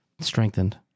strengthened